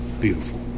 beautiful